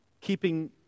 Keeping